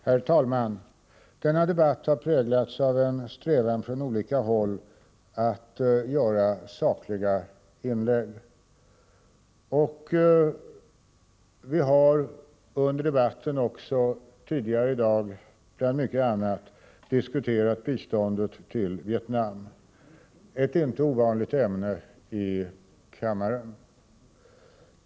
Herr talman! Denna debatt har präglats av en strävan från olika håll att göra sakliga inlägg. Vi har under debatten tidigare i dag bland mycket annat diskuterat biståndet till Vietnam — ett inte ovanligt ämne i kammaren.